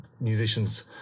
musicians